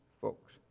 folks